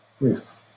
risks